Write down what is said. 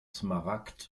smaragd